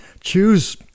choose